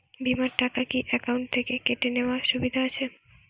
বিমার টাকা কি অ্যাকাউন্ট থেকে কেটে নেওয়ার সুবিধা আছে?